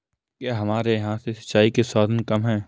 क्या हमारे यहाँ से सिंचाई के साधन कम है?